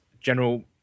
general